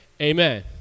amen